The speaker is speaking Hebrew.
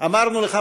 תתנצל,